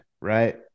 right